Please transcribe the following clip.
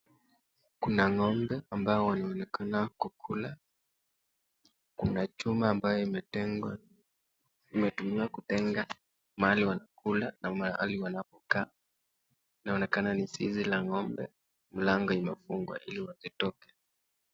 Kuna ng'ombe ambao wanaonekana kukula. Kuna chuma ambayo imetengwa, imetumiwa kutenga mahali wanakula na mahali wanapokaa. Inaonekana ni zizi la ng'ombe. Mlango imefungwa ili wasitoke.